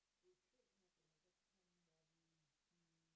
we should have another ten more mm mm